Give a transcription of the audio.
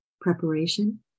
preparation